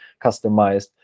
customized